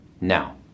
Now